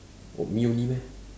oh me only meh